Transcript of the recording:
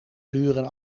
buren